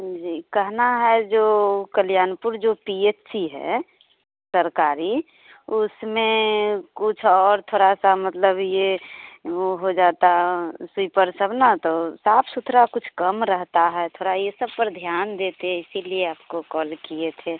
जी कहना है जो कल्यानपुर जो पी एच सी है सरकारी उसमें कुछ और तोड़ा सा मतलब यह वह हो जाता स्वीपर सब ना तो साफ़ सुथरा कुछ कम रहता है तोड़ा ये सब पर ध्यान देते इसी लिए आपको कॉल किए थे